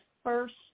First